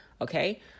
okay